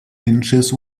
inches